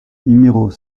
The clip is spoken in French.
numéros